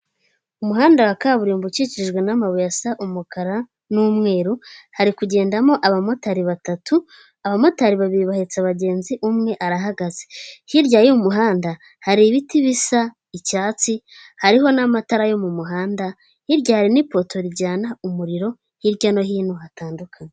Umuhanda wa kaburimbo ukikijwe n'amabuye, asa umukara n'umweru hari kugendamo aba motari batatu, aba motari babiri bahetse abagenzi umwe arahagaze. Hirya y'umuhanda hari ibiti bisa icyatsi, hariho n'amatara yo mu muhanda hirya, hari n'ipoto rijyana umuriro hirya no hino hatandukanye.